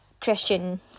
Christian